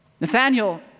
nathaniel